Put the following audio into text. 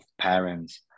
parents